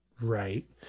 Right